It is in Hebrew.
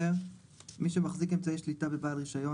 10.מי שמחזיק אמצעי שליטה בבעל רישיון